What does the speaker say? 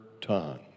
tongue